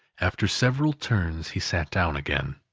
after several turns, he sat down again.